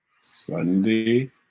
Sunday